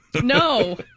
No